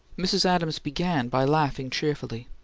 mrs. adams began by laughing cheerfully.